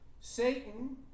Satan